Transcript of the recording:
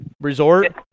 resort